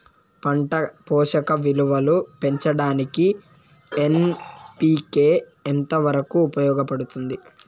పంట పోషక విలువలు పెంచడానికి ఎన్.పి.కె ఎంత వరకు ఉపయోగపడుతుంది